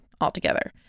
altogether